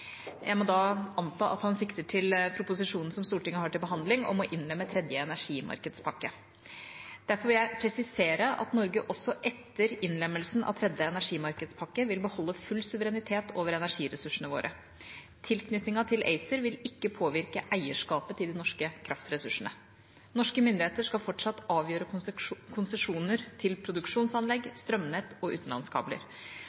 Jeg må da anta at han sikter til proposisjonen som Stortinget har til behandling, om å innlemme tredje energimarkedspakke. Derfor vil jeg presisere at Norge også etter innlemmelsen av tredje energimarkedspakke vil beholde full suverenitet over energiressursene sine. Tilknytningen til ACER vil ikke påvirke eierskapet til de norske kraftressursene. Norske myndigheter skal fortsatt avgjøre konsesjoner til